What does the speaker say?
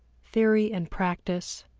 theory and practice,